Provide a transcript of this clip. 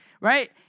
Right